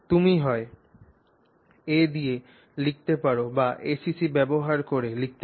তুমি হয় a দিয়ে লিখতে পার বা acc ব্যবহার করে লিখতে পার